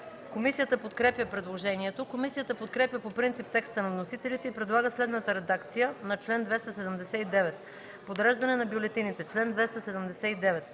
Комисията подкрепя предложението. Комисията подкрепя по принцип текста на вносителите и предлага следната редакция на чл. 279: „Подреждане на бюлетините Чл. 279.